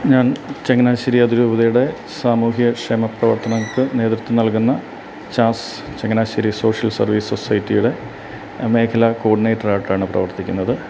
ഞാന് ചങ്ങനാശ്ശേരി അതിരൂപതയുടെ സാമൂഹിക ക്ഷേമ പ്രവര്ത്തനത്തിന് നേതൃത്ത്വം നല്കുന്ന ചാള്സ് ചങ്ങനാശ്ശേരി സോഷ്യല് സര്വ്വീസ് സൊസൈറ്റിയുടെ മേഖലാ കോര്ഡിനേറ്ററായിട്ടാണ് പ്രവര്ത്തിക്കുന്നത്